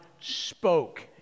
spoke